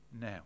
Now